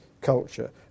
culture